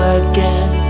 again